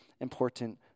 important